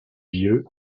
vieux